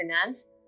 finance